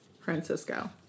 Francisco